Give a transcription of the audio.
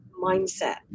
mindset